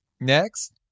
Next